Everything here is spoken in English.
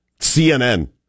CNN